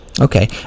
Okay